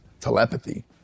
telepathy